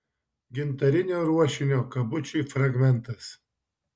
gintarinio ruošinio kabučiui fragmentas